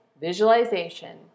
visualization